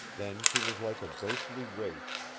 then she was like a ghostly wraith,